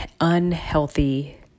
unhealthy